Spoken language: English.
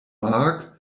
mark